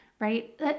right